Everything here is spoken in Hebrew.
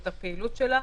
מושלם.